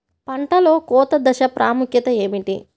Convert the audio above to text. పంటలో కోత దశ ప్రాముఖ్యత ఏమిటి?